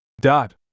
Dot